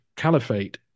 caliphate